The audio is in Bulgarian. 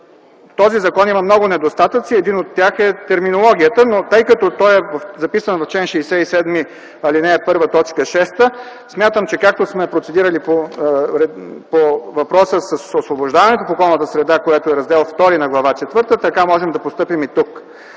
Този закон има много недостатъци и един от тях е терминологията, но тъй като той е записан в чл. 67, ал. 1, т. 6, смятам, че както сме процедирали по въпроса с освобождаването в околната сред, който е Раздел ІІ на Глава четвърта, така можем да постъпим и тук.